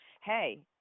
hey